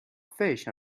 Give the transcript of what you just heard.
fish